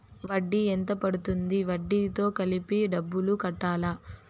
వడ్డీ ఎంత పడ్తుంది? వడ్డీ తో కలిపి డబ్బులు కట్టాలా?